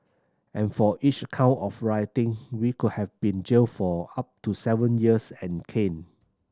and for each count of rioting we could have been jailed for up to seven years and caned